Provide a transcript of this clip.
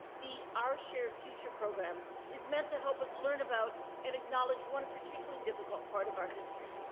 the our shared future program is meant to help us learn about and acknowledge one particularly difficult part of our history.